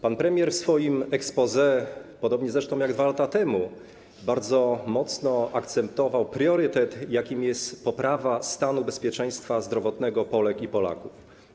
Pan premier w swoim exposé, podobnie zresztą jak 2 lata temu, bardzo mocno akcentował priorytet, jakim jest poprawa stanu bezpieczeństwa zdrowotnego Polek i Polaków.